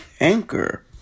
Anchor